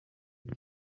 iki